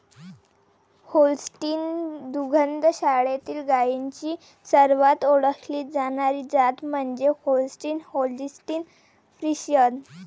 Holstein दुग्ध शाळेतील गायींची सर्वात ओळखली जाणारी जात म्हणजे होल्स्टीन होल्स्टीन फ्रिशियन